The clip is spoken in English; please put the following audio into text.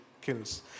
Kills